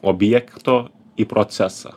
objekto į procesą